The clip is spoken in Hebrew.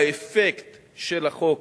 באפקט של החוק,